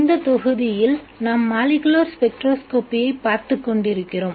இந்த தொகுதியில் நாம் மாலிக்குலர் ஸ்பெக்ட்ரோஸ்கோப்பியை பார்த்துக்கொண்டிருக்கிறோம்